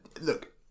look